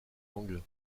langue